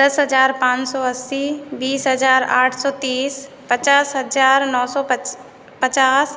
दस हजार पाँच सौ अस्सी बीस हजार आठ सौ तीस पचास हजार नौ सौ पचास